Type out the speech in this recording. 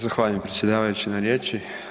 Zahvaljujem predsjedavajući na riječi.